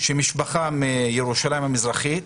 משפחה מירושלים המזרחית,